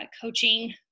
coaching